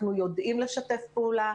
אנחנו יודעים לשתף פעולה,